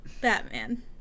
Batman